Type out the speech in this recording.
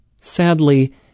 Sadly